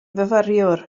fyfyriwr